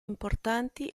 importanti